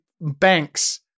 banks